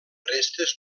restes